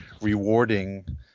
rewarding